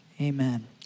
Amen